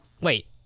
Wait